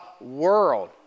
world